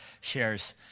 shares